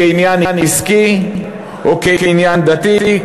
כעניין עסקי או כעניין דתי,